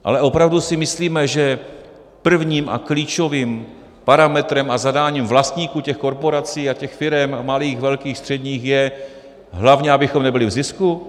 Ale opravdu si myslíme, že prvním a klíčovým parametrem a zadáním vlastníků těch korporací a těch firem malých, velkých, středních je, hlavně abychom nebyli v zisku?